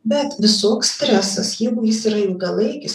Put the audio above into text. bet visoks stresas jeigu jis yra ilgalaikis